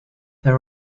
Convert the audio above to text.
there